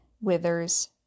withers